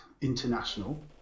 International